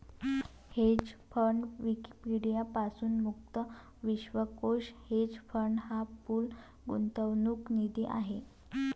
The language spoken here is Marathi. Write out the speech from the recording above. हेज फंड विकिपीडिया पासून मुक्त विश्वकोश हेज फंड हा पूल गुंतवणूक निधी आहे